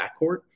backcourt